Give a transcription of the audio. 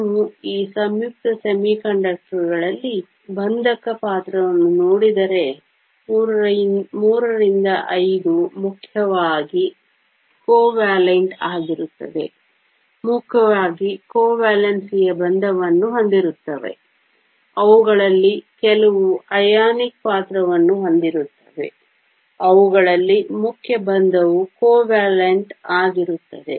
ನೀವು ಈ ಸಂಯುಕ್ತ ಅರೆವಾಹಕಗಳಲ್ಲಿನ ಬಂಧಕ ಪಾತ್ರವನ್ನು ನೋಡಿದರೆ III V ಮುಖ್ಯವಾಗಿ ಕೋವೆಲೆಂಟ್ ಆಗಿರುತ್ತವೆ ಮುಖ್ಯವಾಗಿ ಕೋವೆಲನ್ಸಿಯ ಬಂಧವನ್ನು ಹೊಂದಿರುತ್ತವೆ ಅವುಗಳಲ್ಲಿ ಕೆಲವು ಅಯಾನಿಕ್ ಪಾತ್ರವನ್ನು ಹೊಂದಿರುತ್ತವೆ ಅವುಗಳಲ್ಲಿ ಮುಖ್ಯ ಬಂಧವು ಕೋವೆಲೆಂಟ್ ಆಗಿರುತ್ತದೆ